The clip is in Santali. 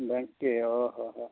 ᱵᱮᱝᱠ ᱠᱮ ᱚᱻ ᱦᱚᱸ ᱦᱚᱸ